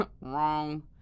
Wrong